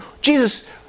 Jesus